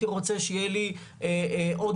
אנחנו פותחים את הדיון הבוקר י"א בטבת תשפ"ב,